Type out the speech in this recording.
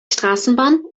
straßenbahn